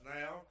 now